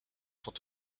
sont